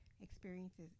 experiences